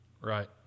Right